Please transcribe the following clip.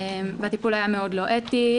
הטיפול היה מאוד לא אתי,